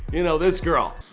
you know this girl.